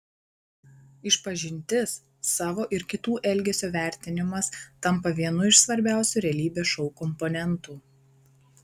išpažintis savo ir kitų elgesio vertinimas tampa vienu iš svarbiausių realybės šou komponentų